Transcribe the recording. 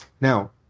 Now